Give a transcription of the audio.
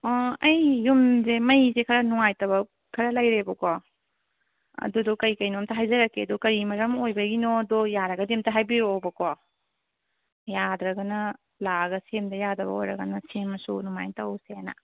ꯑꯣ ꯑꯩ ꯌꯨꯝꯁꯦ ꯃꯩꯁꯦ ꯈꯔ ꯅꯨꯡꯉꯥꯏꯇꯕ ꯈꯔ ꯂꯩꯔꯦꯕꯀꯣ ꯑꯗꯨꯗꯣ ꯀꯩꯀꯩꯅꯣ ꯑꯝꯇ ꯍꯥꯏꯖꯔꯛꯀꯦ ꯑꯗꯣ ꯀꯔꯤ ꯃꯔꯝ ꯑꯣꯏꯕꯒꯤꯅꯣꯗꯣ ꯌꯥꯔꯒꯗꯤ ꯑꯝꯇ ꯍꯥꯏꯕꯤꯔꯛꯑꯣꯕꯀꯣ ꯌꯥꯗ꯭ꯔꯒꯅ ꯂꯥꯛꯑꯒ ꯁꯦꯝꯗ ꯌꯥꯗꯕ ꯑꯣꯏꯔꯒꯅ ꯁꯦꯝꯃꯁꯨ ꯑꯗꯨꯃꯥꯏꯅ ꯇꯧꯁꯦꯅ